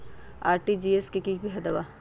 RTGS से की की फायदा बा?